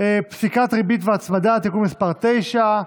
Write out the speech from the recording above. פסיקת ריבית והצמדה (תיקון מס' 9),